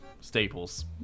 Staples